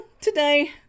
today